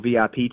VIP